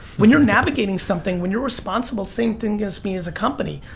when you're navigating something, when you're responsible, same thing as me as a company.